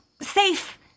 safe